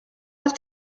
have